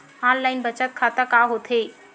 Online बचत खाता का होथे?